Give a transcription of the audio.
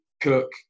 Cook